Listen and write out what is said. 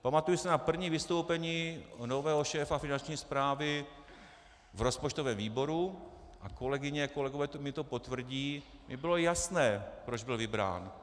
Pamatuji si na první vystoupení nového šéfa Finanční správy v rozpočtovém výboru, a kolegyně, kolegové mi to potvrdí, mně bylo jasné, proč byl vybrán.